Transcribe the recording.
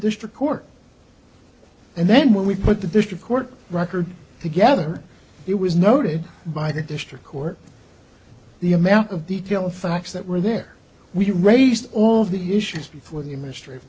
district court and then when we put the district court record together it was noted by the district court the amount of detail of facts that were there we raised all the issues before the